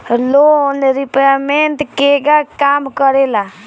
Loan repayment केगा काम करेला?